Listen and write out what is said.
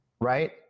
Right